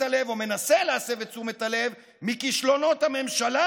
הלב או מנסה להסב את תשומת הלב מכישלונות הממשלה